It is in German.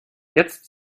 jetzt